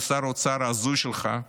ושר האוצר ההזוי שלך,